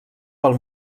pel